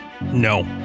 No